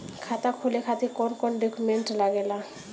खाता खोले खातिर कौन कौन डॉक्यूमेंट लागेला?